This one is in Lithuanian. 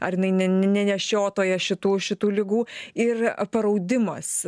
ar jinai ne ne ne nenešiotoja šitų šitų ligų ir paraudimas